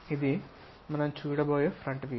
ఇది మనం చూడబోయే ఫ్రంట్ వ్యూ